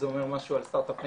זה אומר משהו על סטארט אפ ניישן.